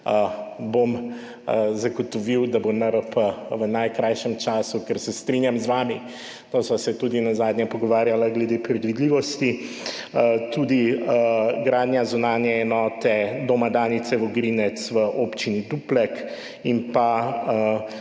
zagotovil bom, da bo NRP v najkrajšem času, ker se strinjam z vami, o tem sva se tudi nazadnje pogovarjala, glede predvidljivosti, tudi gradnja zunanje enote Doma Danice Vogrinec v občini Duplek in na